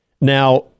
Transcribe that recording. Now